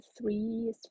three